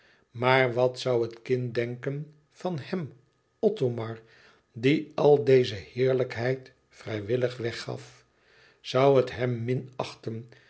maar wat zoû het kind denken van hèm othomar die al deze heerlijkheid vrijwillig weggaf zoû het hem